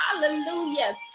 hallelujah